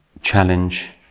challenge